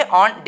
on